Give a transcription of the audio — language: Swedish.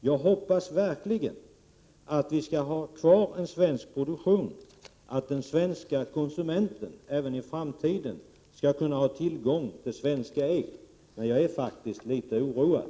Jag hoppas verkligen att vi får ha kvar en svensk produktion, alltså att konsumenten i Sverige även i framtiden har tillgång till svenska ägg. Men jag är alltså faktiskt litet oroad.